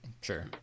Sure